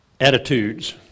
attitudes